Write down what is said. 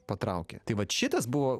patraukė tai vat šitas buvo